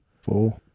Four